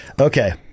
Okay